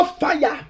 fire